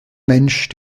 mensch